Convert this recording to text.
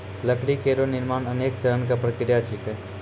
लकड़ी केरो निर्माण अनेक चरण क प्रक्रिया छिकै